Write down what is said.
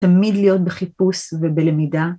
תמיד להיות בחיפוש ובלמידה.